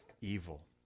evil